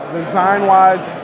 Design-wise